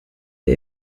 der